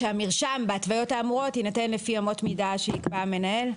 שהמרשם בהתוויות האמורות יינתן לפי אמות מידה שייקבע המנהל?